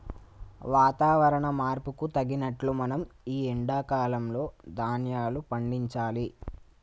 వాతవరణ మార్పుకు తగినట్లు మనం ఈ ఎండా కాలం లో ధ్యాన్యాలు పండించాలి